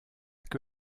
que